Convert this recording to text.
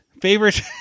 favorite